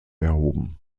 erhoben